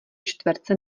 čtverce